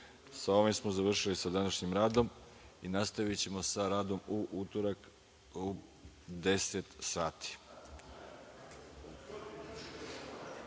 ovim smo završili sa današnjim radom i nastavićemo sa radom u utorak u 10.00